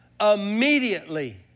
Immediately